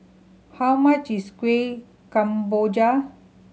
how much is Kuih Kemboja